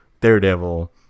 daredevil